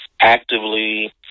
actively